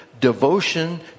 devotion